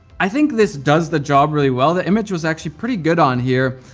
i think this does the job really well. the image was actually pretty good on here,